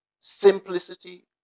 simplicity